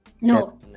No